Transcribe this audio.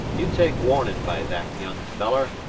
you take warnin' by that, young feller.